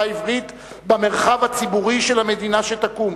העברית במרחב הציבורי של המדינה שתקום.